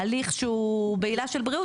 הליך שהוא בעילה של בריאות,